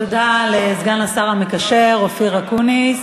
תודה לסגן השר המקשר אופיר אקוניס.